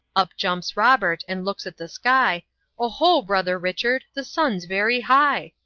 up jumps robert, and looks at the sky oho, brother richard, the sun's very high!